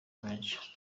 menshi